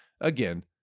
Again